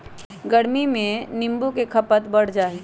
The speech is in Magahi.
गर्मियन में नींबू के खपत बढ़ जाहई